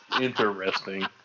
Interesting